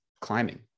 climbing